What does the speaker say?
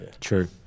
True